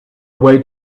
away